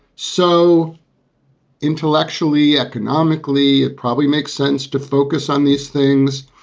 so intellectually, economically, it probably makes sense to focus on these things.